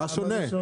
מה שונה?